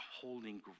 holding